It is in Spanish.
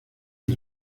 del